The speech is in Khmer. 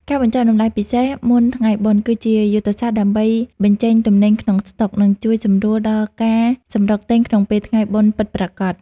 ការបញ្ចុះតម្លៃពិសេស "មុនថ្ងៃបុណ្យ" គឺជាយុទ្ធសាស្ត្រដើម្បីបញ្ចេញទំនិញក្នុងស្តុក និងជួយសម្រួលដល់ការសម្រុកទិញក្នុងពេលថ្ងៃបុណ្យពិតប្រាកដ។